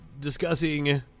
discussing